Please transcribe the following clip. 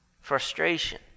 frustration